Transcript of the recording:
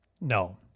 No